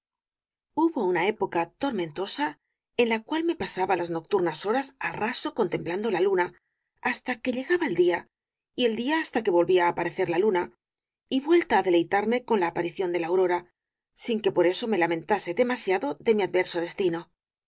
hubo una época tormentosa en la cual me pasaba las nocturnas horas al raso contemplando la luna hasta que llegaba el día y el día hasta que volvía aparecer la luna y vuelta á deleitarme con la aparición de la aurora sin que por eso me lamentase demasiado de mi adverso destino